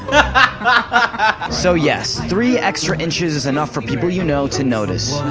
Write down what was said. ah so yes. three extra inches is enough for people you know to notice.